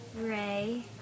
Ray